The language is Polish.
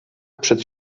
przed